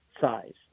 size